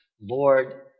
Lord